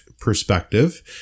perspective